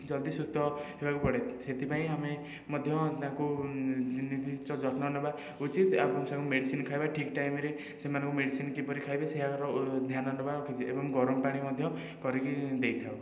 ଜଲ୍ଦି ସୁସ୍ଥ ହେବାକୁ ପଡ଼େ ସେଇଥିପାଇଁ ଆମେ ମଧ୍ୟ ତାଙ୍କୁ ନିର୍ଦ୍ଧିଷ୍ଟ ଯତ୍ନ ନେବା ଉଚିତ ଆଉ ସେମାନଙ୍କୁ ମେଡ଼ିସିନ ଖାଇବା ଠିକ ଟାଇମ ରେ ସେମାନଙ୍କୁ ମେଡ଼ିସିନ କିପରି ଖାଇବେ ସେୟା ର ଧ୍ୟାନ ନେବା ଏବଂ ଗରମ ପାଣି ମଧ୍ୟ କରିକି ଦେଇଥାଉ